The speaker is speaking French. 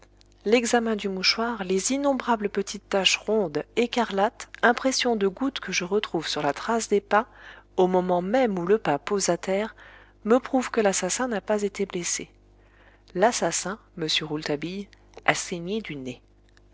l'examen du mouchoir les innombrables petites taches rondes écarlates impressions de gouttes que je retrouve sur la trace des pas au moment même où le pas pose à terre me prouvent que l'assassin n'a pas été blessé l'assassin monsieur rouletabille a saigné du nez